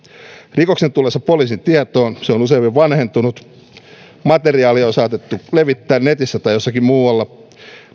rikoksen tullessa poliisin tietoon se on useimmiten vanhentunut materiaalia on saatettu levittää netissä tai jossakin muualla